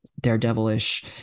daredevilish